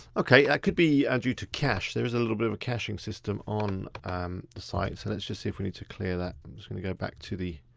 okay, that could be a do to cache. there's a little bit of a caching system on the site so let's just see if we need to clear that. i'm just gonna go back to the